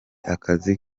akazi